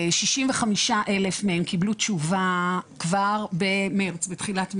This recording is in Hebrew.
65,000 מהם קיבלו תשובה כבר בתחילת מרץ.